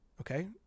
Okay